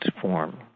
form